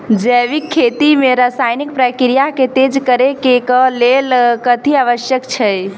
जैविक खेती मे रासायनिक प्रक्रिया केँ तेज करै केँ कऽ लेल कथी आवश्यक छै?